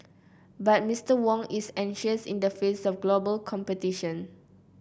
but Mister Wong is anxious in the face of global competition